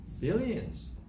Billions